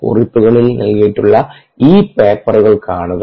കുറിപ്പുകളിൽ നൽകിയിട്ടുള്ള ഈ പേപ്പർ കാണുക